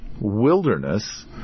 wilderness